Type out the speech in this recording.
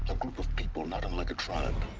group of people not unlike a tribe.